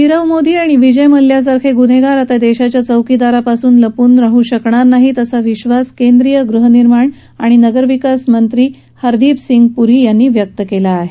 नीरव मोदी आणि विजय मल्ल्यासारखे गुन्हेगार आता देशाच्या चौकीदारापासून लपून राहू शकणार नाहीत असा विश्वास केंद्रीय गृहनिर्माण आणि नगरविकास मंत्री हरदीप सिंग पुरी यांनी व्यक्त केला आहे